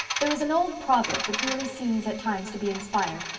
there is an old proverb that really seems at times to be inspired.